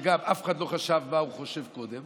שגם אף אחד לא חשב מה הוא חושב קודם,